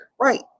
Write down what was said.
Right